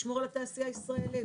לשמור על התעשייה הישראלית.